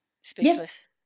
speechless